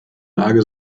lage